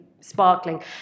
sparkling